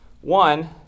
One